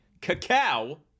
cacao